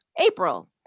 April